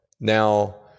Now